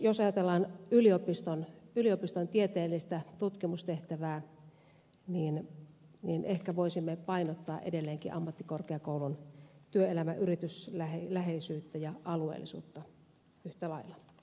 jos ajatellaan yliopiston tieteellistä tutkimustehtävää niin ehkä voisimme painottaa edelleenkin ammattikorkeakoulun työelämä ja yritysläheisyyttä ja alueellisuutta yhtä lailla